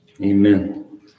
Amen